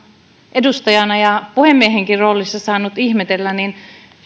edustajana ja puhemiehenkin roolissa saanut ihmetellä niin